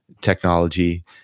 technology